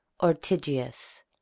Ortigius